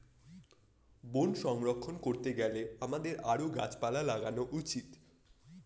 বন সংরক্ষণ করতে গেলে আমাদের আরও গাছ লাগানো উচিত